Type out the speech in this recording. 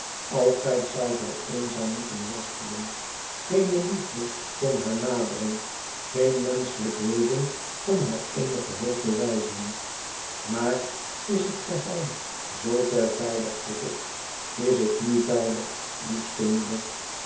altijd zou zij eenzaam moeten worstelen geene liefde kon haar naderen geen menschelijk wezen kon haar eenige hulp bewijzen maar is het geheim zoover veilig vroeg ik is het nu veilig liefste moeder